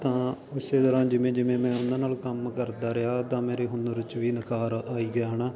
ਤਾਂ ਇਸ ਤਰ੍ਹਾਂ ਜਿਵੇਂ ਜਿਵੇਂ ਮੈਂ ਉਹਨਾਂ ਨਾਲ ਕੰਮ ਕਰਦਾ ਰਿਹਾ ਤਾਂ ਮੇਰੇ ਹੁਨਰ 'ਚ ਵੀ ਨਿਖਾਰ ਆਈ ਗਿਆ ਹੈ ਨਾ